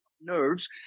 nerves